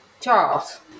Charles